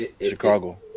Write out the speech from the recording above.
Chicago